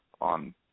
on